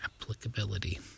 applicability